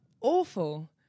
Awful